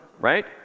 right